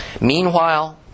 Meanwhile